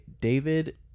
David